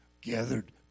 gathered